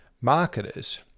marketers